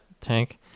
tank